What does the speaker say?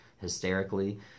hysterically